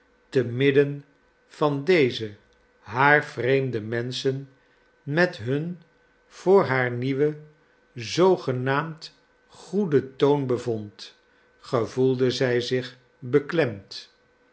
te midden van deze haar vreemde menschen met hun voor haar nieuwen zoogenaamd goeden toon bevond gevoelde zij zich beklemd